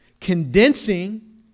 condensing